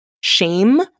shame